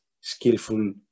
skillful